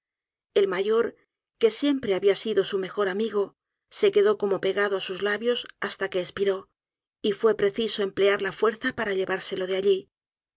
el mayor que siempre habia sido su mejor amigo se quedó como pegado á sus labios hasta que espiró y fue preciso emplear la fuerza para llevárselo de allí